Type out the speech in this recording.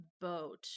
boat